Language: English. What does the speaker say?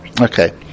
okay